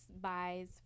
buys